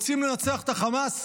רוצים לנצח את החמאס?